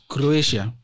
Croatia